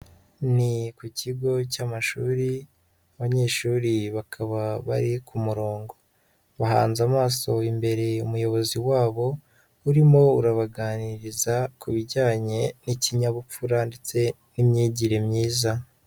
Ni ku kigo cy'amashuri, abanyeshuri bakaba bari ku murongo, bahanze amaso imbere umuyobozi wabo, urimo urabaganiriza ku bijyanye n'ikinyabupfura ndetse n'imyigire myiza.